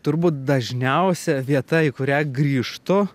turbūt dažniausia vieta į kurią grįžtu